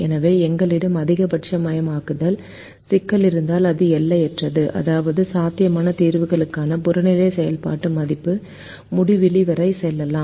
எனவே எங்களிடம் அதிகபட்சமயமாக்கல் சிக்கல் இருந்தால் அது எல்லையற்றது அதாவது சாத்தியமான தீர்வுகளுக்கான புறநிலை செயல்பாட்டு மதிப்பு முடிவிலி வரை செல்லலாம்